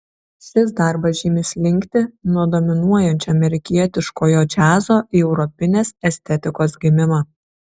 šis darbas žymi slinktį nuo dominuojančio amerikietiškojo džiazo į europinės estetikos gimimą